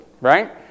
right